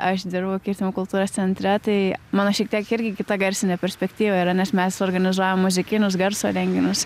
aš dirbu kirtimų kultūros centre tai šiek tiek irgi kita garsinė perspektyva yra nes mes suorganizuojam muzikinius garso renginius